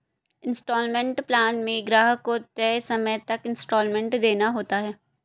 instalment plan में ग्राहक को तय समय तक इन्सटॉलमेंट देना होता है